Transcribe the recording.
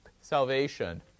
salvation